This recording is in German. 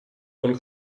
von